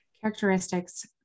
characteristics